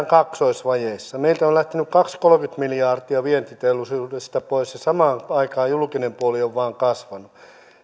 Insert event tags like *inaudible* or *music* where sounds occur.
*unintelligible* kaksoisvajeessa meiltä on lähtenyt kaksikymmentä viiva kolmekymmentä miljardia vientiteollisuudesta pois ja samaan aikaan julkinen puoli on vain kasvanut